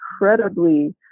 incredibly